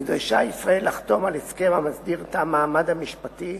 נדרשה ישראל לחתום על הסכם המסדיר את המעמד המשפטי,